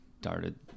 started